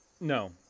No